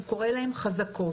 הוא קורא להם חזקות.